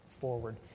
forward